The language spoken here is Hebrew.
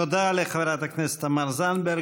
תודה לחברת הכנסת תמר זנדברג.